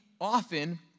often